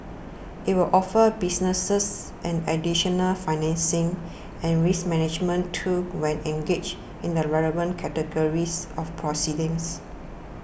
it will offer businesses an additional financing and risk management tool when engaged in the relevant categories of proceedings